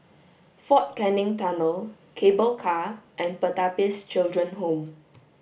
Fort Canning Tunnel Cable Car and Pertapis Children Home